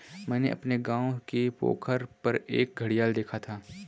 मैंने अपने गांव के पोखर पर एक घड़ियाल देखा था